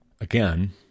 again